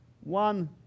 One